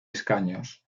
escaños